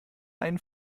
einen